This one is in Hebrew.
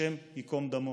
השם ייקום דמו,